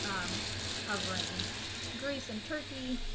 covering greece and turkey.